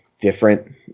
different